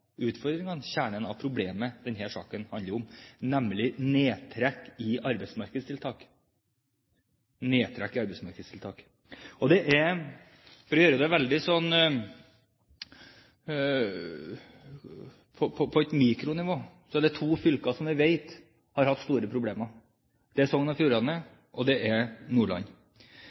utfordringene, kjernen av problemet som denne saken handler om, nemlig nedtrekk i arbeidsmarkedstiltak. På et mikronivå er det to fylker som jeg vet har hatt store problemer, og det er Sogn og Fjordane og det er Nordland.